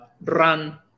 run